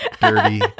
dirty